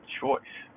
choice